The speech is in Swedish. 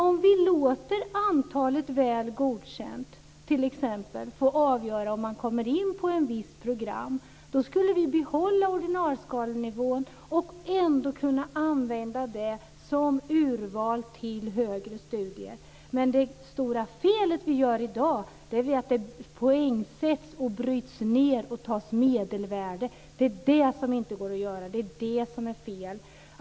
Om vi låter antalet Väl godkänd t.ex. få avgöra om man kommer in på ett visst program, skulle vi behålla ordinalskalenivån och ändå kunna använda det som urval till högre studier. Men det stora felet i dag är att det poängsätts, bryts ned och tas medelvärden. Det är det som är fel.